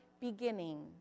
beginning